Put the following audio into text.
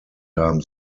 haben